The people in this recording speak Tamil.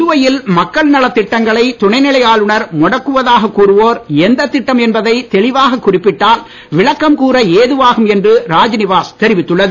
புதுவையில் மக்கள்நலத் திட்டங்களை துணைநிலை ஆளுனர் முடக்குவதாகக் கூறுவோர் எந்தத் திட்டம் என்பதை தெளிவாக்க் குறிப்பிட்டால் விளக்கம் கூற ஏதுவாகும் என்று ராஜ்நிவாஸ் தெரிவித்துள்ளது